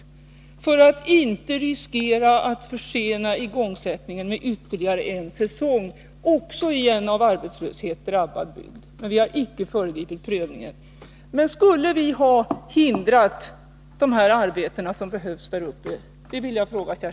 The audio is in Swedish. Det har vi gjort för att inte riskera att försena igångsättningen ytterligare en säsong i en — också i det fallet — av arbetslöshet drabbad bygd. Men vi har icke föregripit prövningen. Jag vill fråga Kerstin Ekman: Skulle vi ha hindrat dessa arbeten, som behövs där uppe i norr?